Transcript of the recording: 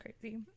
crazy